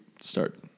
start